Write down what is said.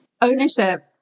ownership